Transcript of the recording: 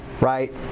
Right